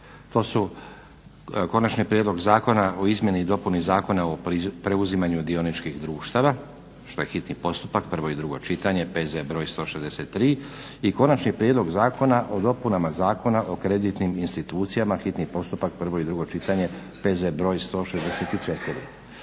To su - Konačni prijedlog Zakona o izmjeni i dopuni Zakona preuzimanju dioničkih društava, hitni postupak prvo i drugo čitanje, P.Z. br. 163 i - Konačni prijedlog Zakona o dopunama Zakona o kreditnim institucijama, hitni postupak prvo i drugo čitanje, P.Z. br. 164.